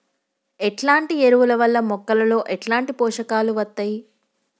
ఎట్లాంటి ఎరువుల వల్ల మొక్కలలో ఎట్లాంటి పోషకాలు వత్తయ్?